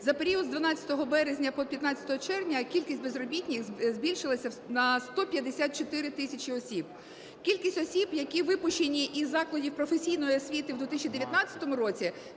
За період з 12 березня по 15 червня кількість безробітних збільшилася на 154 тисячі осіб. Кількість осіб, які випущені із закладів професійної освіти в 2019 році